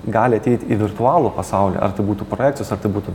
gali ateit į virtualų pasaulį ar tai būtų projekcijos ar tai būtų